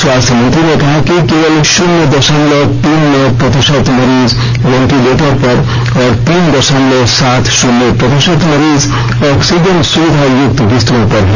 स्वास्थ्य मंत्री ने कहा कि केवल शुन्य दशमलव तीन नौ प्रतिशत मरीज वेंटिलेटर पर और तीन दशमलव सात शून्य प्रतिशत मरीज ऑक्सीजन सुविधायुक्त बिस्तरों पर हैं